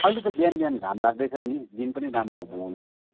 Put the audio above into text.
अहिले बिहान बिहान घाम लाग्दैछ नि दिन पनि राम्रो हुँदैछ